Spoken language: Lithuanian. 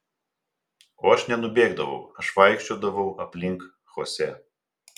o aš nenubėgdavau aš vaikščiodavau aplink chosė